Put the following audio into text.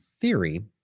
theory